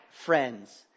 friends